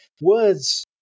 words